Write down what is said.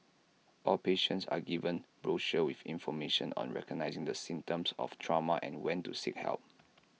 all patients are given brochures with information on recognising the symptoms of trauma and when to seek help